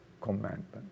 commandment